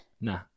Nah